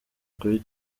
kuri